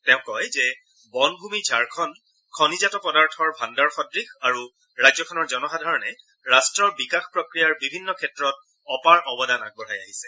তেওঁ কয় যে বনভূমি ঝাৰখণ্ড খনিজাত পদাৰ্থৰ ভাণ্ডাৰসদৃশ আৰু ৰাজ্যখনৰ জনসাধাৰণে ৰাষ্ট্ৰৰ বিকাশ প্ৰক্ৰিয়াৰ বিভিন্ন ক্ষেত্ৰত অপাৰ অৱদান আগবঢ়াই আহিছে